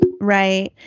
Right